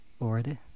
already